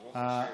ערוך את השאלה.